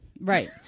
Right